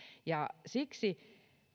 siksi